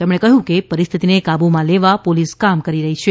તેમણે કહ્યું કે પરિસ્થિતિને કાબૂમાં લેવા પોલીસ કામ કરી રહી છે